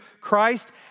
Christ